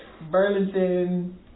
Burlington